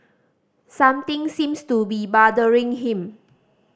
something seems to be bothering him